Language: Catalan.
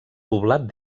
poblat